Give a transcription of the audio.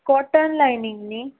cotton lining नी